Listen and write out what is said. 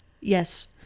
Yes